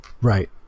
Right